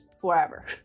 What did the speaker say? forever